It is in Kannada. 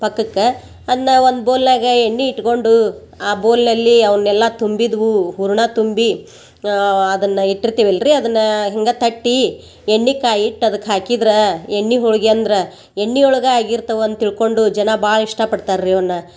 ಪಕ್ಕಕ್ಕ ಅದ್ನ ಒಂದು ಬೌಲ್ನಾಗ ಎಣ್ಣೆ ಇಟ್ಕೊಂಡು ಆ ಬೋಲ್ನಲ್ಲಿ ಅವನ್ನೆಲ್ಲ ತುಂಬಿದ್ವು ಹೂರ್ಣ ತುಂಬಿ ಅದನ್ನ ಇಟ್ಟಿರ್ತೀವಿ ಎಲ್ರೀ ಅದನ್ನ ಹಿಂಗೆ ತಟ್ಟಿ ಎಣ್ಣೆ ಕಾಯಿ ಇಟ್ಟು ಅದಕ್ಕೆ ಹಾಕಿದ್ರೆ ಎಣ್ಣೆ ಹೋಳ್ಗಿ ಅಂದ್ರೆ ಎಣ್ಣೆ ಒಳ್ಗ ಆಗಿರ್ತವು ಅಂತ ತಿಳ್ಕೊಂಡು ಜನ ಭಾಳ ಇಷ್ಟಪಡ್ತಾರೆ ರೀ ಅವನ್ನ